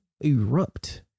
erupt